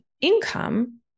income